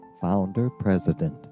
founder-president